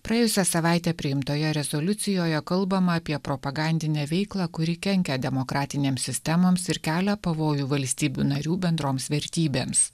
praėjusią savaitę priimtoje rezoliucijoje kalbama apie propagandinę veiklą kuri kenkia demokratinėms sistemoms ir kelia pavojų valstybių narių bendroms vertybėms